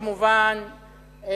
כמובן,